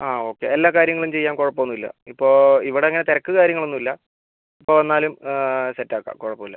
ആ ഓക്കെ എല്ലാ കാര്യങ്ങളും ചെയ്യാം കുഴപ്പമൊന്നുമില്ല ഇപ്പോൾ ഇവിടെ അങ്ങനെ തിരക്ക് കാര്യങ്ങളൊന്നുമില്ല എപ്പോൾ വന്നാലും സെറ്റ് ആക്കാം കുഴപ്പമില്ല